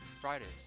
Fridays